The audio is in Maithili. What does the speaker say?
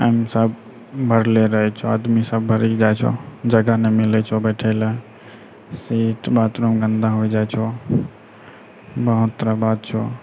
एहिमे सभ भड़ले रहै छौ आदमी सभ भड़ि जाइ छौ जगह नहि मिलै छौ बैठे लए सीट बाथरूम गन्दा हो जाइ छौ बहुत तरहके बात छौ